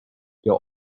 your